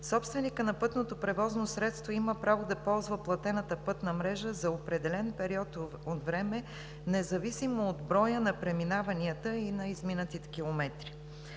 собственикът на пътното превозно средство има право да ползва платената пътна мрежа за определен период от време, независимо от броя на преминаванията и на изминатите километри.